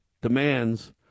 demands